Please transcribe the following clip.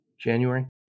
January